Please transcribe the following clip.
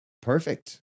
perfect